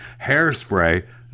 Hairspray